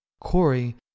Corey